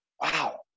wow